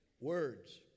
Words